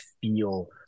feel